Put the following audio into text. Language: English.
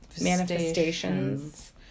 manifestations